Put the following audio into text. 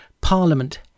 Parliament